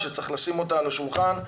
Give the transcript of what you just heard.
שצריך לשים אותה על השולחן.